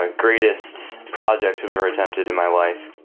ah greatest projects i've ever attempted in my life.